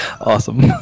Awesome